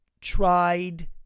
tried